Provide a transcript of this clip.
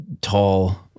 tall